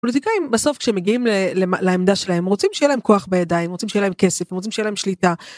פוליטיקאים בסוף כשמגיעים לעמדה שלהם, הם רוצים שיהיה להם כוח בידיים, הם רוצים שיהיה להם כסף, הם רוצים שיהיה להם שליטה.